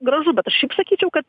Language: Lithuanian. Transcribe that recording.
gražu bet aš šiaip sakyčiau kad